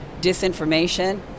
disinformation